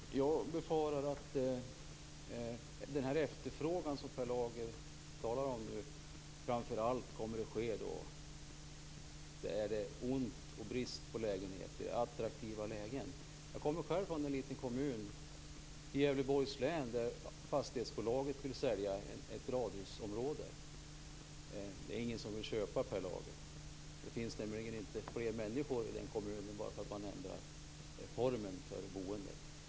Fru talman! Jag befarar att den efterfrågan som Per Lager talar om framför allt kommer att finnas där det är brist på lägenheter, i attraktiva lägen. Jag kommer själv från en liten kommun i Gävleborgs län, där fastighetsbolaget vill sälja ett radhusområde. Det är ingen som vill köpa, Per Lager. Det finns nämligen inte fler människor i den kommunen bara för att man ändrar formen för boendet.